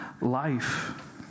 life